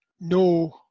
no